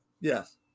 Yes